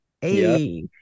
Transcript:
hey